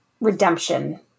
Redemption